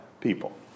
people